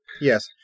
Yes